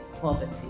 poverty